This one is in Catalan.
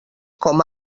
com